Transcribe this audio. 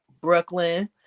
Brooklyn